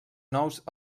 nous